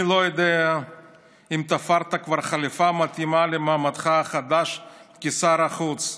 אני לא יודע אם תפרת כבר חליפה מתאימה למעמדך החדש כשר החוץ,